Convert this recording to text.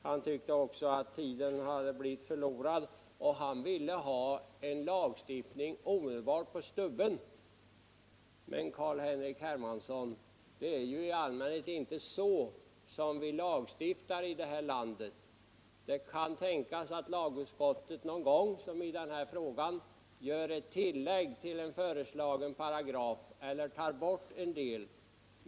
Han tyckte också att tiden hade gått förlorad. Han ville få till stånd en lagstiftning ”på stubben”. Men, Carl-Henrik Hermansson, det är ju i allmänhet inte så vi lagstiftar i detta land. Det kan tänkas att lagutskottet någon gång, såsom i denna fråga, gör ett tillägg till en föreslagen paragraf eller tar bort en del.